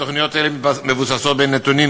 תוכניות אלה מבוססות על נתונים